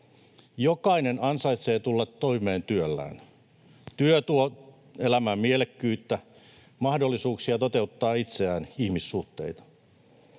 Jokainen ansaitsee tulla toimeen työllään. Työ tuo elämään mielekkyyttä, mahdollisuuksia toteuttaa itseään, ihmissuhteita.